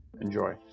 Enjoy